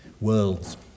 worlds